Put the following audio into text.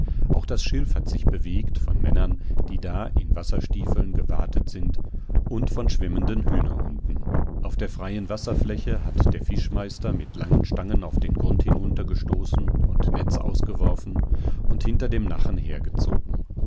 auch das schilf hat sich bewegt von männern die da in wasserstiefeln gewatet sind und von schwimmenden hühnerhunden auf der freien wasserfläche hat der fischmeister mit langen stangen auf den grund hinuntergestoßen und netze ausgeworfen und hinter dem nachen hergezogen